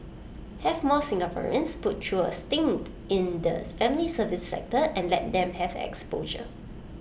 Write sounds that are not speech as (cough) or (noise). have more Singaporeans put through A stint in the (unintelligible) family service sector and let them have exposure